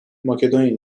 makedonya